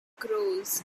grows